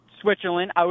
Switzerland